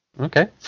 okay